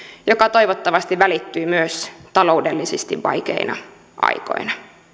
joka toivottavasti välittyy myös taloudellisesti vaikeina aikoina